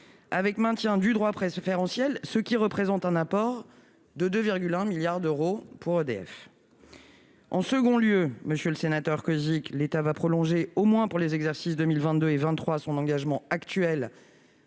avec maintien du droit préférentiel, ce qui représente un apport de 2,1 milliards d'euros pour EDF, en second lieu, Monsieur le Sénateur, que l'État va prolonger au moins pour les exercices 2 1000 22 et 23 son engagement actuel